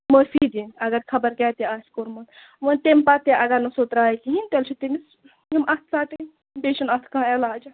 پھٲنٛسی دِنۍ اَگر خبر کیٛاہ تہِ آسہِ کوٚرمُت وۅنۍ تَمہِ پَتہٕ تہِ اَگر نہٕ سُہ تراوِ کِہیٖنٛۍ تیٚلہِ چھُ تٔمِس تِم اَتھٕ ژَٹٔنۍ بیٚیہِ چھُنہٕ اَتھ کانٛہہ علاج